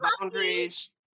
boundaries